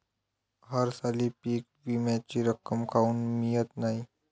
हरसाली पीक विम्याची रक्कम काऊन मियत नाई?